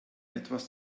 etwas